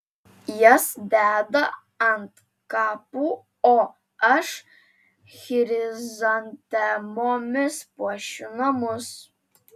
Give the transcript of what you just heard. jas deda ant kapų o aš chrizantemomis puošiu namus